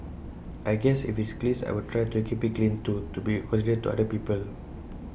I guess if it's clean I will try to keep IT clean too to be considerate to other people